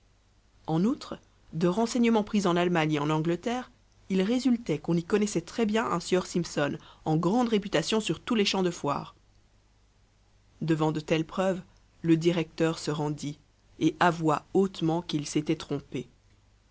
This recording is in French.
en outre de renseignements pris en allemagne et en angleterre il résultait qu'on y connaissait très-bien un sieur simpson en grande réputation sur tous les champs de foire devant de telles preuves le directeur se rendit et avoua hautement qu'il s'était trompé